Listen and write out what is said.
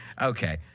Okay